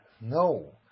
No